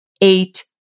eight